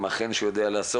עם החן שהוא יודע לעשות,